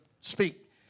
speak